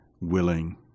willing